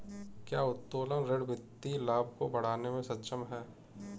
क्या उत्तोलन ऋण वित्तीय लाभ को बढ़ाने में सक्षम है?